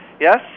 Yes